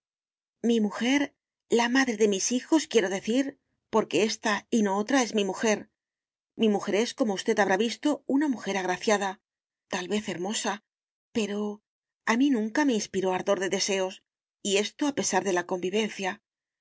mi mujer la madre de mis hijos quiero decir porque ésta y no otra es mi mujer mi mujer es como usted habrá visto una mujer agraciada tal vez hermosa pero a mí nunca me inspiró ardor de deseos y esto a pesar de la convivencia y